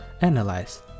analyze